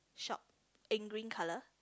shop in green colour